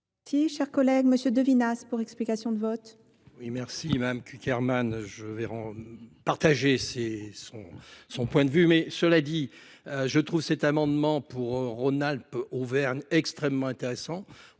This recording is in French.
merci. cher collègue monsieur devina pour explication oui merci madame kicker man je vais rend partager ses son point de vue mais cela dit je trouve cet amendement pour rhône alpes auvergne extrêmement intéressant